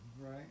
right